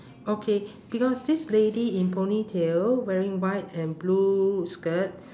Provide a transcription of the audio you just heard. okay because this lady in ponytail wearing white and blue skirt